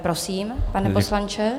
Prosím, pane poslanče.